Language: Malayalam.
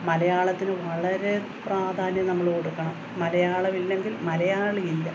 മലയാളത്തിന് വളരെ പ്രാധാന്യം നമ്മൾ കൊടുക്കണം മലയാളമില്ലെങ്കിൽ മലയാളിയില്ല